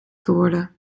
geworden